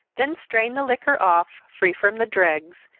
then strain the liquor off, free from the dregs,